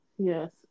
Yes